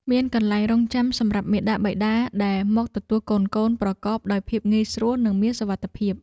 មានកន្លែងរង់ចាំសម្រាប់មាតាបិតាដែលមកទទួលកូនៗប្រកបដោយភាពងាយស្រួលនិងមានសុវត្ថិភាព។